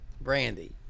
Brandy